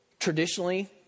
traditionally